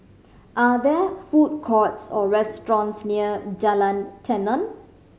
are there food courts or restaurants near Jalan Tenon